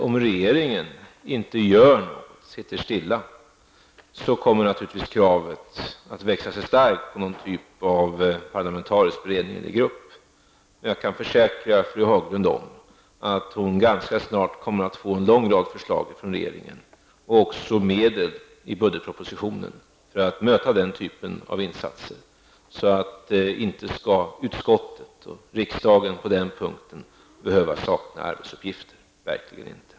Om regeringen inte gör något, kommer naturligtvis kravet att växa sig starkt på någon typ av parlamentarisk beredning. Jag kan försäkra fru Haglund att hon ganska snart kommer att få en lång rad förslag från regeringen samt medel anslagna i budgetpropositionen för att möta den typen av insatser. Inte skall utskottet och riksdagen på den punkten behöva sakna arbetsuppgifter, verkligen inte.